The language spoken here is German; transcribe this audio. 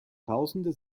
tausende